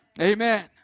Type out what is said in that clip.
Amen